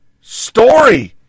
story